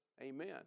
Amen